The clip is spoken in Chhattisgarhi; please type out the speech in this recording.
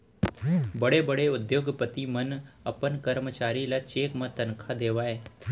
बड़े बड़े उद्योगपति मन अपन करमचारी ल चेक म तनखा देवय